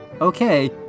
okay